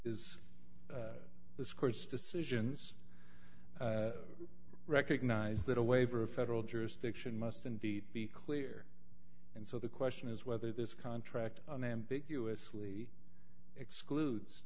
is this course decisions recognize that a waiver of federal jurisdiction must indeed be clear and so the question is whether this contract unambiguously excludes